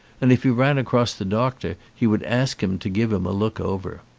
and if he ran across the doctor he would ask him to give him a look over.